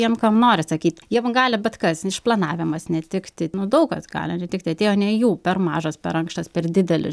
jiem kam nori sakyk jiem gali bet kas išplanavimas netikti daug kas gali netikti atėjo ne jų per mažas per ankštas per didelis